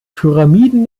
pyramiden